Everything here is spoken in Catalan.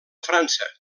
frança